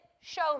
Show